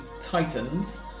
Titans